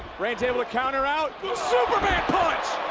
reigns able to counter out, superman punch.